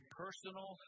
personal